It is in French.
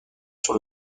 sur